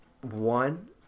One